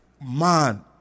Man